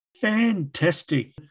Fantastic